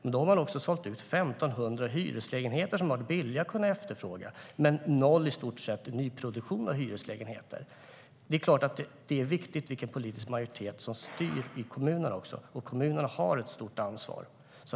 Men man har sålt ut 1 500 hyreslägenheter som var billiga och efterfrågade och har i stort sett noll nyproduktion av hyreslägenheter. Det är klart att det är viktigt vilken politisk majoritet som styr i kommunerna. De har ett stort ansvar.